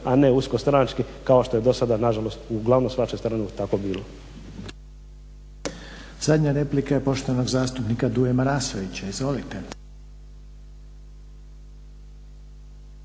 a ne usko stranački kao što je do sada nažalost u glavno u vašu stranu bilo.